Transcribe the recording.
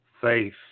faith